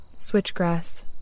Switchgrass